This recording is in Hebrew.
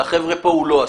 לחבר'ה פה הוא לא עשה,